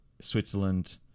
Switzerland